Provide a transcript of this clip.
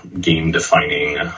game-defining